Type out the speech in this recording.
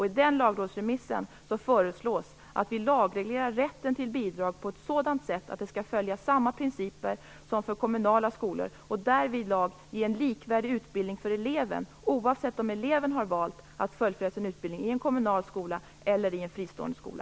I den lagrådsremissen föreslås att vi lagreglerar rätten till bidrag på ett sådant sätt att den följer samma principer som för kommunala skolor och därvidlag ger en likvärdig utbildning för eleven, oavsett om eleven har valt att fullfölja sin utbildning i en kommunal skola eller i en fristående skola.